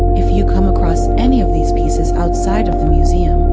if you come across any of these pieces outside of the museum,